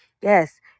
Yes